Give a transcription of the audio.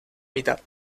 mitad